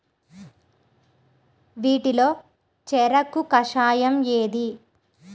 వీటిలో చెరకు కషాయం ఏది?